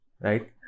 Right